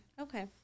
Okay